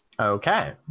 Okay